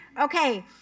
Okay